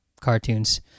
cartoons